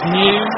new